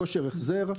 כושר החזר,